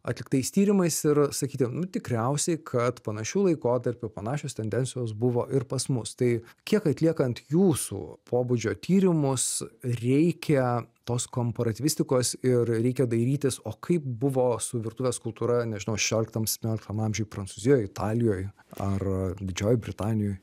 atliktais tyrimais ir sakyti nu tikriausiai kad panašiu laikotarpiu panašios tendencijos buvo ir pas mus tai kiek atliekant jūsų pobūdžio tyrimus reikia tos komparatyvistikos ir reikia dairytis o kaip buvo su virtuvės kultūra nežinau šešioliktam septynioliktam amžiuj prancūzijoj italijoj ar didžiojoj britanijoj